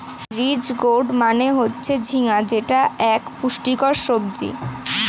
ridge gourd মানে হচ্ছে ঝিঙ্গা যেটি এক পুষ্টিকর সবজি